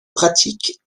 pratique